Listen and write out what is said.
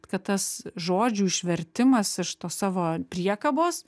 kad tas žodžių išvertimas iš tos savo priekabos